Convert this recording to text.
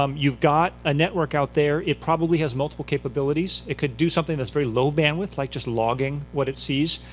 um you've got a network out there. it probably has multiple capabilities. it could do something that's very low bandwidth, like just logging what it sees.